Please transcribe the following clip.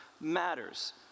matters